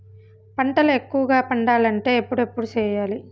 పంటల ఎక్కువగా పండాలంటే ఎప్పుడెప్పుడు సేయాలి?